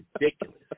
ridiculous